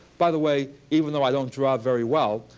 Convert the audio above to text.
by the way, even though i don't draw very well,